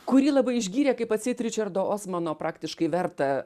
kurį labai išgyrė kaip atseit ričardo osmano praktiškai vertą